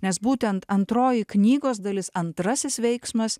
nes būtent antroji knygos dalis antrasis veiksmas